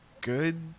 good